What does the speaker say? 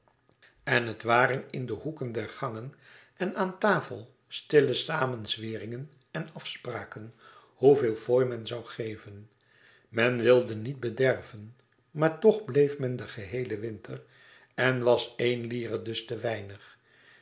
en het waren in de hoeken der gangen en aan tafel stille samenzweringen en afspraken hoeveel fooi men zoû geven men wilde niet bederven maar toch bleef men den geheelen winter en was éen lire dus te weinig